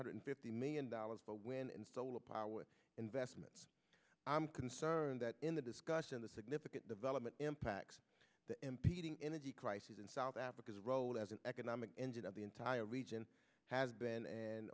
hundred fifty million dollars for wind and solar power with investments i'm concerned that in the discussion the significant development impacts the impeding energy crisis in south africa's role as an economic engine of the entire region has been and